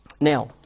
Now